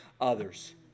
others